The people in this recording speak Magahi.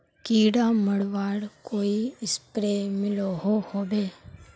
कीड़ा मरवार कोई स्प्रे मिलोहो होबे?